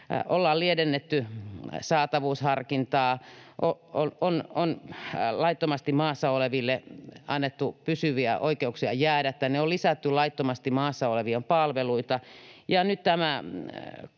Ollaan lievennetty saatavuusharkintaa, on annettu laittomasti maassa oleville pysyviä oikeuksia jäädä tänne, on lisätty laittomasti maassa olevien palveluita,